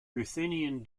ruthenian